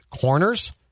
Corners